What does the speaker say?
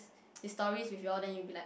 the stories with you all then you'll be like